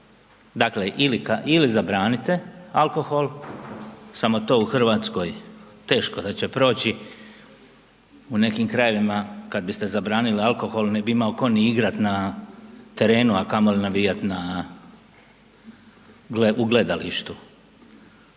Dakle, ili zabranite alkohol, samo to u Hrvatskoj teško da će proći u nekim krajevima. Kad biste zabranili alkohol, ne bi imao tko ni igrati na terenu, a kamoli navijati na, u gledalištu.